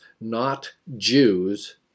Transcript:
not-Jews